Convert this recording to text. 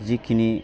जिखिनि